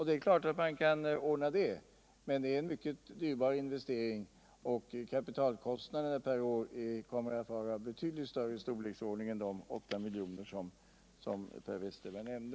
Det är klart att man kan anlägga sådana, men det blir en mycket dyrbar investering, och kapitalkostnaderna per år kommer att bli av betydligt större storleksordning än de 8 milj.kr. som Per Westerberg nämnde.